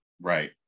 Right